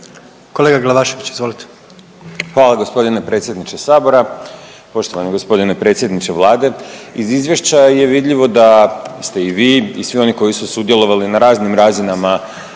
Bojan (Nezavisni)** Hvala gospodine predsjedniče sabora. Poštovani gospodine predsjedniče Vlade, iz izvješća je vidljivo da ste i vi i svi oni koji su sudjelovali na raznim razinama